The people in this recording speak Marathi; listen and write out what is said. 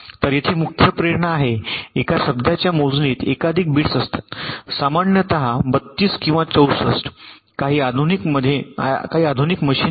तर येथे मुख्य प्रेरणा आहे एका शब्दाच्या मोजणीत एकाधिक बिट्स असतात सामान्यत 32 किंवा 64 काही आधुनिक मशीन मध्ये